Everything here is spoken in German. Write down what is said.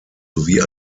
sowie